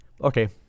Okay